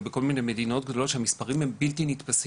ובכל מיני מדינות גדולות שבהן המספרים הם בלתי נתפסים.